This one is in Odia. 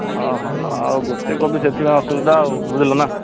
ହଁ ହଁ ନ ଆଉ ଗୋଟେ କପି ସେଥିପାଇଁ ଅସୁବିଧା ଆଉ ବୁଝିଲ ନାଁ